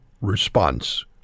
response